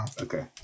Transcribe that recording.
Okay